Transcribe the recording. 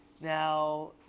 Now